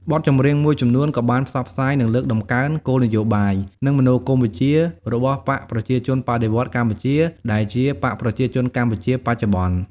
បទចម្រៀងមួយចំនួនក៏បានផ្សព្វផ្សាយ និងលើកតម្កើងគោលនយោបាយ និងមនោគមវិជ្ជារបស់បក្សប្រជាជនបដិវត្តន៍កម្ពុជា ដែលជា បក្សប្រជាជនកម្ពុជាបច្ចុប្បន្ន។